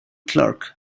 clerk